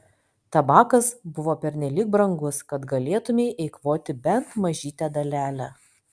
tabakas buvo pernelyg brangus kad galėtumei eikvoti bent mažytę dalelę